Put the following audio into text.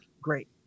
great